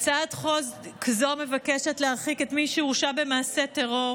הצעת חוק זו מבקשת להרחיק את מי שהורשע במעשה טרור